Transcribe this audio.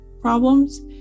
problems